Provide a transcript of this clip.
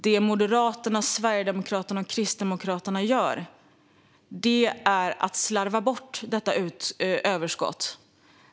Det Moderaterna, Sverigedemokraterna och Kristdemokraterna gör är att slarva bort detta överskott.